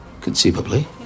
Conceivably